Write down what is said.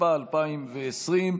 התשפ"א 2020,